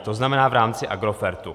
To znamená v rámci Agrofertu.